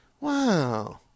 Wow